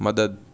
مدد